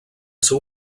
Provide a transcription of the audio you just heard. seu